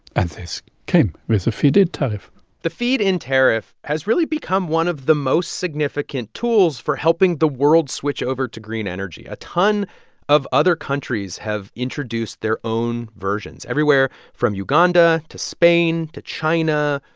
and this came with a feed-in tariff the feed-in tariff has really become one of the most significant tools for helping the world switch over to green energy. a ton of other countries have introduced their own versions, everywhere from uganda to spain to china,